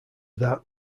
that